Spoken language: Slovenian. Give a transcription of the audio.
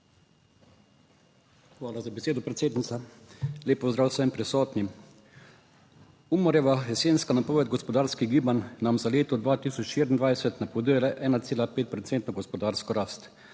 Hvala za besedo, predsednica. Lep pozdrav vsem prisotnim! Umarjeva jesenska napoved gospodarskih gibanj nam za leto 2024 napoveduje 1,5-procentno gospodarsko rast,